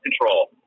control